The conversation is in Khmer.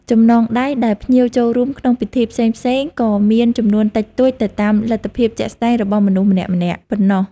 ចំណងដៃដែលភ្ញៀវចូលរួមក្នុងពិធីផ្សេងៗក៏មានចំនួនតិចតួចទៅតាមលទ្ធភាពជាក់ស្ដែងរបស់ម្នាក់ៗប៉ុណ្ណោះ។